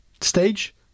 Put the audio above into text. stage